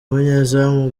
umunyezamu